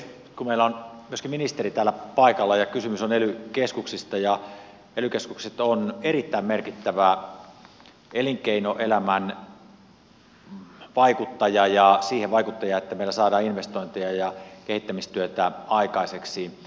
kun meillä on myöskin ministeri täällä paikalla ja kysymys on ely keskuksista ja ely keskukset on erittäin merkittävä elinkeinoelämän vaikuttaja ja siihen vaikuttaja että meillä saadaan investointeja ja kehittämistyötä aikaiseksi